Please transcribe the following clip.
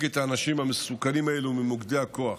את האנשים המסוכנים האלה ממוקדי הכוח.